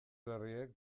berriek